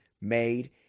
made